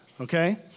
Okay